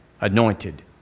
anointed